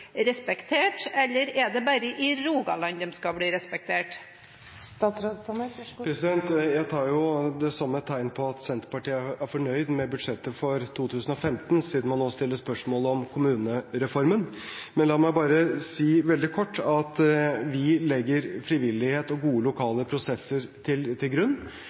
respektert? Eller er det bare i Rogaland de skal bli respektert? Jeg tar det som et tegn på at Senterpartiet er fornøyd med budsjettet for 2015, siden man nå stiller spørsmål om kommunereformen. Men la meg bare si veldig kort at vi legger frivillighet og gode lokale prosesser til grunn. Så forholder vi oss til